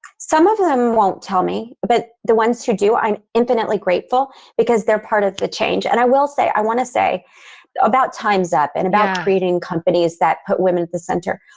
some of them won't tell me, but the ones who do, i'm infinitely grateful because they're part of the change. and i will say, i want to say about time's up and about creating companies that put women at the center.